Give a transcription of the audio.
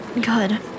Good